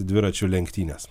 dviračių lenktynės